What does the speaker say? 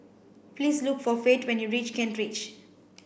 please look for Fate when you reach Kent Ridge